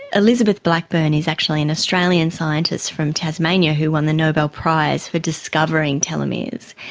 elizabeth blackburn is actually an australian scientist from tasmania who won the nobel prize for discovering telomeres.